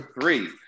three